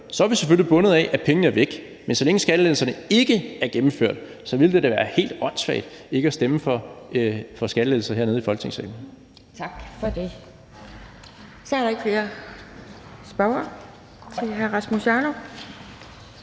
er vi selvfølgelig bundet af, at pengene er væk, men så længe skattelettelserne ikke er gennemført, ville det da være helt åndssvagt ikke at stemme for skattelettelser her i Folketingssalen. Kl. 14:33 Anden næstformand (Pia Kjærsgaard): Tak for det. Så er der ikke flere spørgere til hr. Rasmus Jarlov.